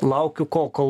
laukiu ko kol